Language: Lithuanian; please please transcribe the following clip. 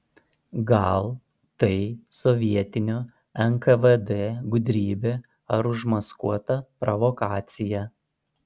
gal tai sovietinio nkvd gudrybė ar užmaskuota provokacija